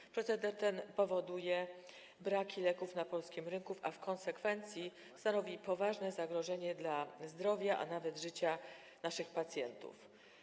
Ten proceder powoduje braki leków na polskim rynku, a w konsekwencji stanowi poważne zagrożenie dla zdrowia, a nawet życia naszych pacjentów.